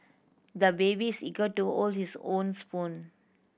the baby's eager to hold his own spoon